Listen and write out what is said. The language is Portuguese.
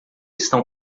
estão